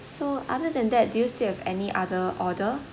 so other than that do you still have any other order